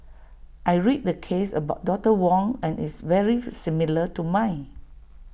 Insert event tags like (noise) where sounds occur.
I read the case about doctor Wong and it's very (noise) similar to mine